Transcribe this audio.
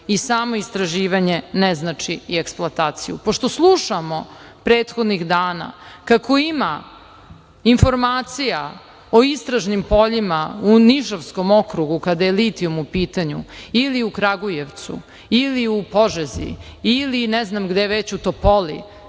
i samo istraživanje ne znači i eksploataciju. Pošto slušamo prethodnih dana kako ima informacija o istražnim poljima u Nišavskom okrugu kada je litijum u pitanju ili u Kragujevcu ili u Požezi, ili ne znam gde već, u Topoli.